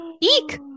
eek